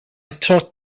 taught